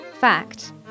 Fact